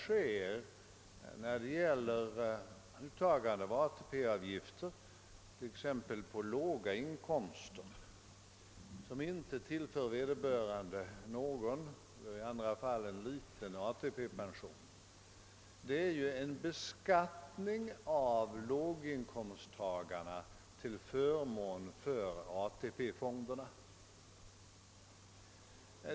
Vad det gäller är att de ATP-avgifter på t.ex. låginkomster, som i vissa fall inte tillför vederbörande någon, i andra fall endast ger liten ATP-pension, innebär en beskattning av låginkomsttagarna till förmån för ATP-fonderna.